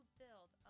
build